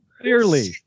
Clearly